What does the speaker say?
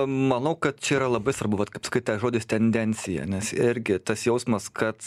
manau kad čia yra labai svarbu vat kaip sakai tas žodis tendencija nes irgi tas jausmas kad